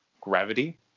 gravity